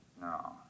No